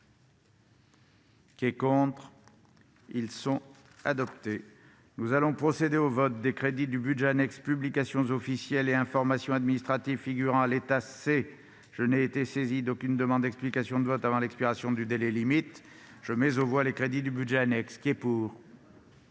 aux voix ces crédits. Nous allons procéder au vote des crédits du budget annexe « Publications officielles et information administrative », figurant à l'état C. Je n'ai été saisi d'aucune demande d'explication de vote avant l'expiration du délai limite. Je mets aux voix ces crédits. Nous avons achevé